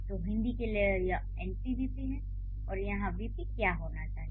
तो हिंदी के लिए यह एनपी वीपी है और यहाँ वीपी क्या होना चाहिए